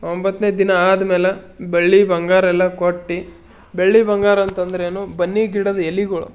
ಒಂಬತ್ತನೇ ದಿನ ಆದ್ಮೇಲೆ ಬೆಳ್ಳಿ ಬಂಗಾರ ಎಲ್ಲ ಕೊಟ್ಟು ಬೆಳ್ಳಿ ಬಂಗಾರ ಅಂತದರೇನು ಬನ್ನಿ ಗಿಡದ ಎಲೆಗಳು